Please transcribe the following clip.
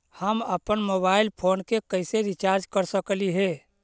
हम अप्पन mobile phone के कैसे रिचार्ज कर सकली हे?